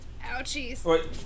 Ouchies